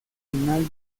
final